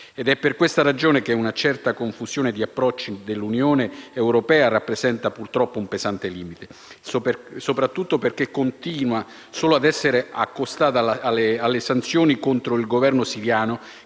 È per questa ragione che una certa confusione di approcci dell'Unione europea rappresenta purtroppo un pesante limite, soprattutto perché continua solo a essere accostata alle sanzioni contro il Governo siriano,